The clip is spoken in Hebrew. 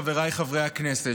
חבריי חברי הכנסת,